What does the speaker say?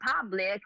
public